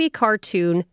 cartoon